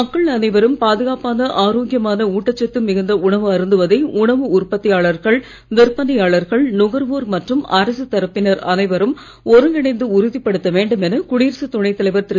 மக்கள் அனைவரும் பாதுகாப்பான ஆரோக்கியமான ஊட்டச்சத்து மிகுந்த உணவு அருந்துவதை உணவு உற்பத்தியாளர்கள் விற்பனையாளர்கள் நுகர்வோர் மற்றும் அரசு தரப்பினர் அனைவரும் ஒருங்கிணைந்து உறுதிப்படுத்த வேண்டும் என குடியரசு துணைத் தலைவர் திரு